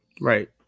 right